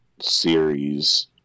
Series